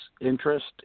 interest